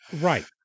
Right